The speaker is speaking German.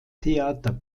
theater